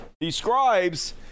describes